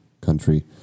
country